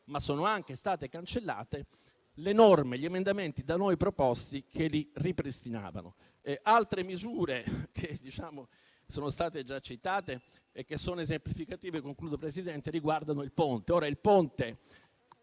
ma sono state anche cancellate le norme e gli emendamenti da noi proposti che la ripristinavano. Altre misure, che sono state già citate e che sono esemplificative, riguardano il Ponte